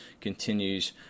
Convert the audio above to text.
continues